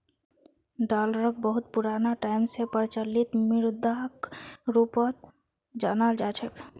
डालरक बहुत पुराना टाइम स प्रचलित मुद्राक रूपत जानाल जा छेक